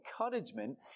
encouragement